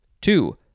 Two